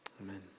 Amen